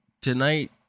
tonight